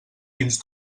fins